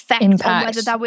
impact